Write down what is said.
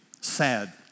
sad